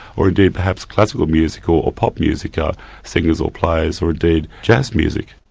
or indeed perhaps classical music or or pop music ah singers or players, or indeed jazz music.